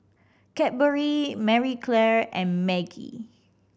Cadbury Marie Claire and Maggi